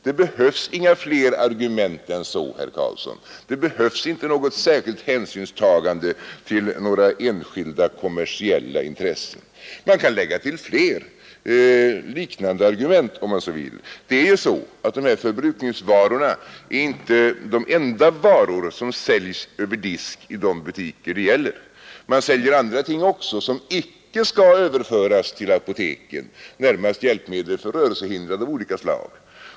Det behövs inga fler argument än så, herr Karlsson, det behövs inte något särskilt hänsynstagande till några enskilda kommersiella intressen. Man kan lägga till fler, liknande argument om man så vill. De här förbrukningsvarorna är ju inte de enda varor som säljs över disk i de butiker det gäller. Man säljer andra ting också, som icke skall överföras till apoteken — närmast hjälpmedel för rörelsehindrade av olika slag.